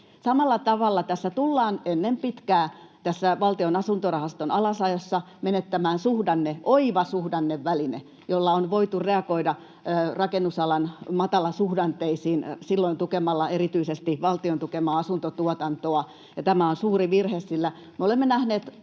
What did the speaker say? Samalla tavalla tullaan ennen pitkää tässä Valtion asuntorahaston alasajossa menettämään oiva suhdanneväline, jolla on voitu reagoida rakennusalan matalasuhdanteisiin tukemalla silloin erityisesti valtion tukemaa asuntotuotantoa. Ja tämä on suuri virhe, sillä me näemme